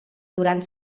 durant